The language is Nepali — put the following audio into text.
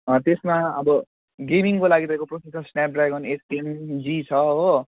त्यसमा अब गेमिङको लागि तपाईँको प्रोसेसर स्नापड्राइगन एट पिएम जी छ हो